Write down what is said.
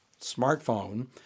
smartphone